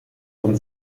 von